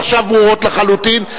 עכשיו ברורות לחלוטין.